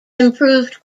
improved